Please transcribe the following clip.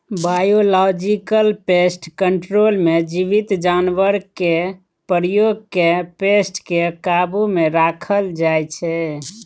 biological pest control मे जीबित जानबरकेँ प्रयोग कए पेस्ट केँ काबु मे राखल जाइ छै